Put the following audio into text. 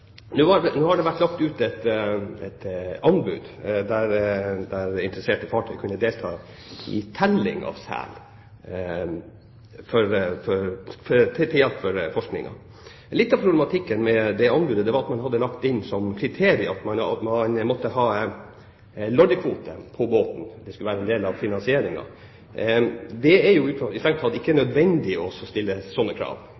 det lagt ut et anbud der interesserte fartøy kan delta i telling av sel til hjelp for forskningen. Litt av problematikken med det anbudet var at man hadde lagt inn som kriterium at man måtte ha loddekvote på båten. Det skulle være en del av finansieringen. Det er strengt tatt ikke nødvendig å stille slike krav